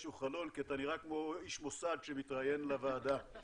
שהוא חלון כי אתה נראה כמו איש מוסד שמתראיין לוועדה.